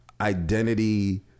Identity